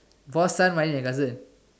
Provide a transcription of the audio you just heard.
boss son married my cousin